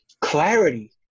clarity